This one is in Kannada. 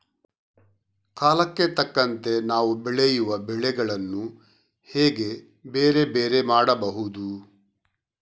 ಕಾಲಕ್ಕೆ ತಕ್ಕಂತೆ ನಾವು ಬೆಳೆಯುವ ಬೆಳೆಗಳನ್ನು ಹೇಗೆ ಬೇರೆ ಬೇರೆ ಮಾಡಬಹುದು?